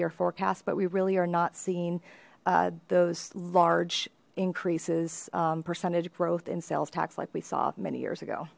year forecast but we really are not seeing those large increases percentage growth in sales tax like we saw many years ago